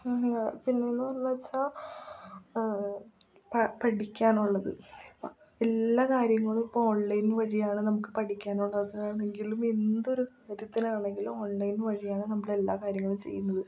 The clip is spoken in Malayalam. പിന്നെ എന്ന് പറഞ്ഞത് വെച്ചാൽ പഠിക്കാനുള്ളത് എല്ലാ കാര്യങ്ങളും ഇപ്പോൾ ഓൺലൈൻ വഴിയാണ് നമുക്ക് പഠിക്കാനുള്ളത് ആണെങ്കിലും എന്തൊരു കാര്യത്തിനാണെങ്കിലും ഓൺലൈൻ വഴിയാണ് നമ്മൾ എല്ലാ കാര്യങ്ങളും ചെയ്യുന്നത്